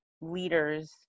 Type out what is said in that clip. leaders